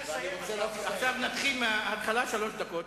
עכשיו נתחיל מההתחלה, שלוש דקות.